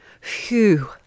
Phew